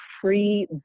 free